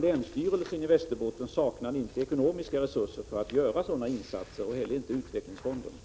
Länsstyrelsen i Västerbotten saknar inte ekonomiska resurser för att göra sådana insatser, och det gör inte heller utvecklingsfonden.